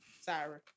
Sorry